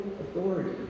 authority